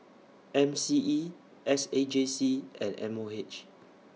M C E S A J C and M O H